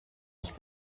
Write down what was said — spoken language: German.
ich